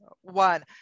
One